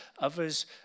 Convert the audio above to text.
others